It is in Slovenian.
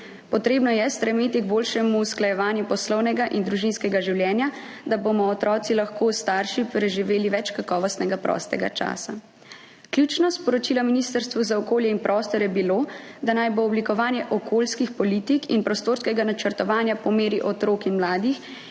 Potrebno je stremeti k boljšemu usklajevanju poslovnega in družinskega življenja, da bomo otroci lahko s starši preživeli več kakovostnega prostega časa. Ključno sporočilo Ministrstvu za okolje in prostor je bilo, da naj bo oblikovanje okoljskih politik in prostorskega načrtovanja po meri otrok in mladih,